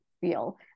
feel